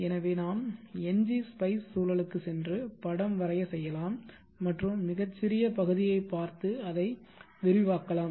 எனவே நாம் ngspice சூழலுக்குச் சென்று படம் வரைய செய்யலாம் மற்றும் மிகச் சிறிய பகுதியைப் பார்த்து அதை விரிவாக்கலாம்